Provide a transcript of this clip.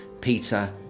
Peter